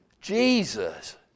Jesus